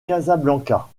casablanca